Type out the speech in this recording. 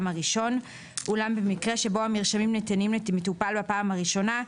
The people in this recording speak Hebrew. הראשון; אולם במקרה שבו המרשמים ניתנים למטופל בפעם הראשונה,